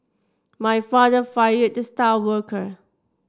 my father fired the star worker